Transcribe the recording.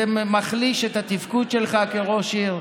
זה מחליש את התפקוד שלך כראש עיר.